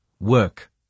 work